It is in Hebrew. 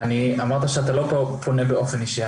אמרת שאתה לא פונה באופן אישי.